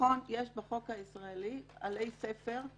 שיש בחוק הישראלי עלי ספר,